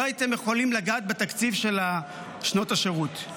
לא הייתם יכולים לגעת בתקציב של שנות השירות.